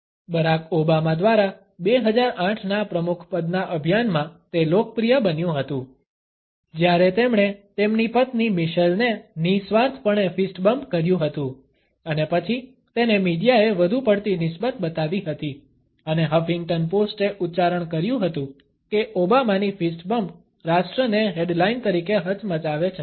Barack Obama દ્વારા 2008 ના પ્રમુખપદના અભિયાનમાં તે લોકપ્રિય બન્યું હતું જ્યારે તેમણે તેમની પત્ની મિશેલને નિસ્વાર્થપણે ફિસ્ટ બમ્પ કર્યું હતુ અને પછી તેને મીડિયા એ વધુ પડતી નિસ્બત બતાવી હતી અને હફિંગ્ટન પોસ્ટએ ઉચ્ચારણ કર્યું હતું કે ઓબામાની ફિસ્ટ બમ્પ રાષ્ટ્રને હેડલાઇન તરીકે હચમચાવે છે